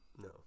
No